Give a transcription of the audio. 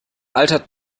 altert